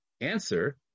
answer